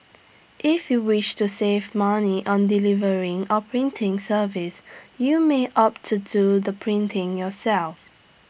if you wish to save money on delivery or printing service you may opt to do the printing yourself